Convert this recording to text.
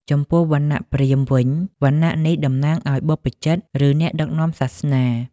ចំពោះវណ្ណៈព្រាហ្មណ៍វិញ វណ្ណៈនេះតំណាងឲ្យបព្វជិត ឬអ្នកដឹកនាំសាសនា។